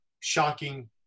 shocking